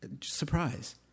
surprise